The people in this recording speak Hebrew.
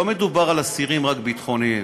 לא מדובר רק על אסירים ביטחוניים,